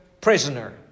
prisoner